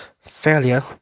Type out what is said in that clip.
failure